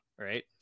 Right